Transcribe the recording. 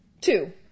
Two